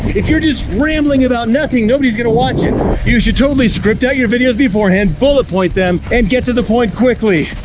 if you're just rambling about nothing, nobody's gonna watch it. you should totally script out your videos beforehand, bullet point them and get to the point quickly.